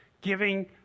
giving